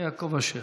יעקב אשר.